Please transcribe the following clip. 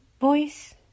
voice